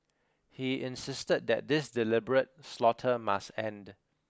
he insisted that this deliberate slaughter must end